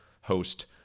host